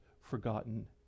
forgotten